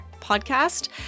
podcast